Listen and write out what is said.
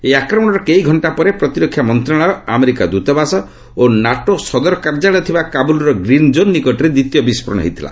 ଏହି ଆକ୍ରମଣର କେଇ ଘଣ୍ଟା ପରେ ପ୍ରତିରକ୍ଷା ମନ୍ତ୍ରଶାଳୟ ଆମେରିକା ଦୃତାବାସ ଓ ନାଟୋ ସଦର କାର୍ଯ୍ୟାଳୟ ଥିବା କାବୁଲ୍ର ଗ୍ରୀନ୍ଜୋନ୍ ନିକଟରେ ଦ୍ୱିତୀୟ ବିସ୍ଫୋରଣ ହୋଇଥିଲା